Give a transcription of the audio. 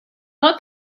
lot